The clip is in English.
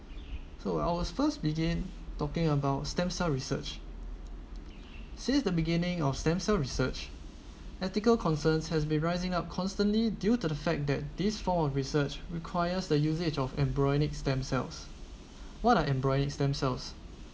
so I will first began talking about stem cell research since the beginning of stem cell research ethical concerns has been rising up constantly due to the fact that this fall on research requires the usage of embryonic stem cells what are embryonic stem cells